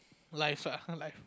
life ah life